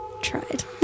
Tried